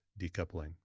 decoupling